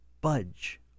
budge